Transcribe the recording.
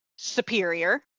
superior